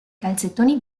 calzettoni